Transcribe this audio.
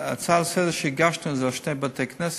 ההצעה לסדר-היום שהגשנו היא על שני בתי-כנסת,